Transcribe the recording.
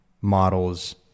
models